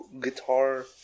guitar